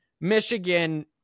Michigan